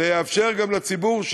וזה יאפשר גם לציבור,